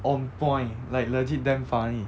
on point like legit damn funny